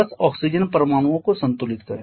बस ऑक्सीजन परमाणुओं को संतुलित करें